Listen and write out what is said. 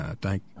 thank